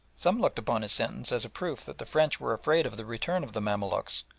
some looked upon his sentence as a proof that the french were afraid of the return of the mamaluks,